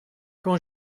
quand